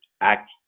act